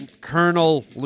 Colonel